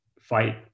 fight